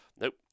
Nope